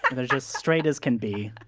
they're just straight as can be,